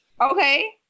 Okay